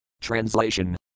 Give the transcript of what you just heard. Translation